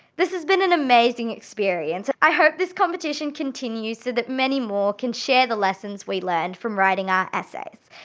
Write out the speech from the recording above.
this has been an amazing experience. i hope this competition continue so that many more can share the lessons we learned from writing our essays.